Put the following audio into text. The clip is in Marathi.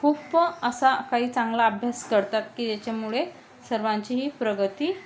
खूप असा काही चांगला अभ्यास करतात की ज्याच्यामुळे सर्वांची ही प्रगती